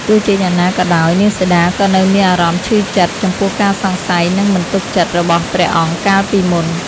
ទោះជាយ៉ាងណាក៏ដោយ នាងសីតាក៏នៅមានអារម្មណ៍ឈឺចិត្ត ចំពោះការសង្ស័យ និងមិនទុកចិត្តរបស់ព្រះអង្គកាលពីមុន។